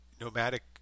nomadic